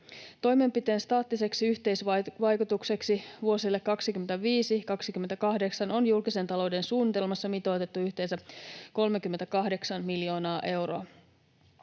Toimenpiteen staattiseksi yhteisvaikutukseksi vuosille 2025—2028 on julkisen talouden suunnitelmassa mitoitettu yhteensä 38 miljoonaa euroa.